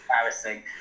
embarrassing